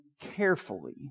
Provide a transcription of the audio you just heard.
carefully